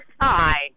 Hi